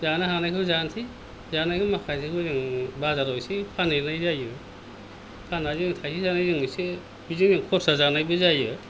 जानो हानायखौ जानोसै जानो हायैखौ माखासेखौ जों बाजाराव एसे फानहैनाय जायो फान्नानै जों थायसे थायनै जों एसे बिजोंनो खरसा जानायबो जायो